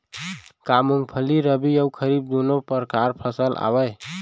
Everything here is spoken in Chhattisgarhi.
का मूंगफली रबि अऊ खरीफ दूनो परकार फसल आवय?